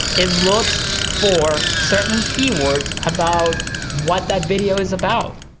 it looks for certain keywords about, what that video is about,